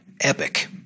Epic